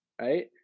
right